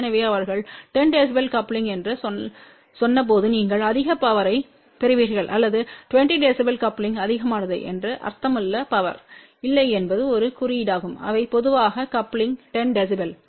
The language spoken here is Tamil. எனவே அவர்கள் 10 dB கப்லிங் என்று சொன்னபோதுநீங்கள் அதிக பவர்யைப் பெறுவீர்கள் அல்லது 20 dB கப்லிங் அதிகமானது என்று அர்த்தமல்ல பவர் இல்லை என்பது ஒரு குறியீடாகும் அவை பொதுவாக கப்லிங் 10 dB